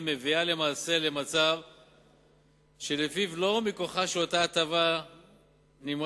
מביאה למעשה למצב שבו לא מכוחה של אותה הטבה מומרץ